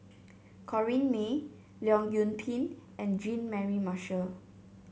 Corrinne May Leong Yoon Pin and Jean Mary Marshall